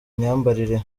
myambarire